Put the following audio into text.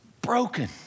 broken